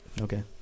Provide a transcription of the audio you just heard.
Okay